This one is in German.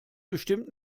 bestimmt